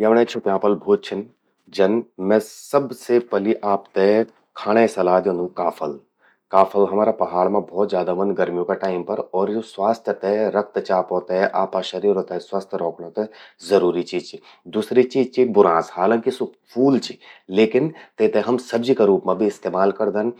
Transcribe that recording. यमण्यें छुप्यां फल भौत छिन। जन मैं सबसे पलि आपते खाणें सलाह द्योंदू काफल। काफल हमरा पहाड़ मां भौत ज्यादा ह्वंद गर्मियों का टाइम पर। यो स्वास्थ्य ते, रक्तचापो ते, आपा शरीरो ते स्वस्थ रौखणों ते जरूरी चीज चि। दूसरी चीज चि बुराश, हालांकि, स्वो फूल चि लेकिन, तेते हम सब्जी का रूप मां भी इस्तेमाल करदन।